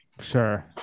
sure